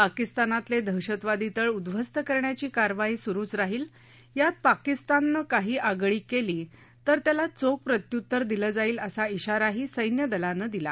पाकिस्तानातले दहशतवादी तळ उद्ध्वस्त करण्याची कारवाई सुरूच राहील यात पाकिस्ताननं काही आगळीक केली तर त्याला चोख प्रत्युत्तर दिलं जाईल असा इशाराही सैन्यदलानी दिला